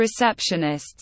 receptionists